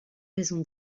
raison